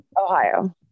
Ohio